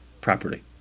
property